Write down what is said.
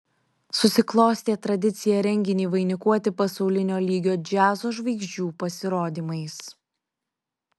susiklostė tradicija renginį vainikuoti pasaulinio lygio džiazo žvaigždžių pasirodymais